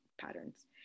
patterns